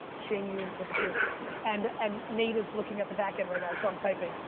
shame you in perpetuity. and and nate is looking at the back end right now so i'm typing,